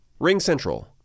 RingCentral